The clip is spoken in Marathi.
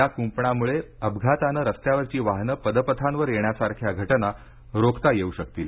या कूंपणामुळे अपघातानं रस्त्यावरची वाहनं पदपथांवर येण्यासारख्या घटना रोखता येऊ शकतील